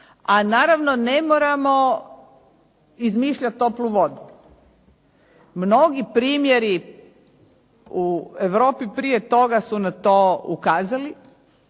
a naravno ne moramo izmišljati toplu vodu. Mnogi primjeri u Europi prije toga su na to ukazali,